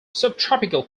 subtropical